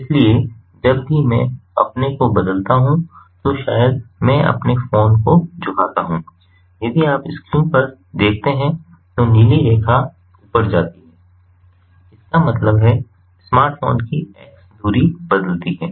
इसलिए जब भी मैं अपने को बदलता हूं तो शायद मैं अपने फोन को झुकाता हूं यदि आप स्क्रीन पर देखते हैं तो नीली रेखा ऊपर जाती है इसका मतलब है Smartphone की x धुरी बदलती है